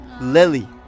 Lily